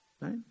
right